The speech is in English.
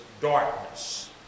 darkness